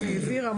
העבירה,